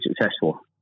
successful